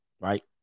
Right